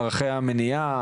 גם של מערכי המניעה,